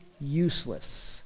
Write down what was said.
useless